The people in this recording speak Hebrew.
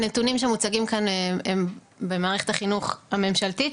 הנתונים שמוצגים כאן הם במערכת החינוך הממשלתית,